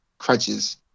crutches